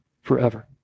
forever